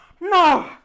no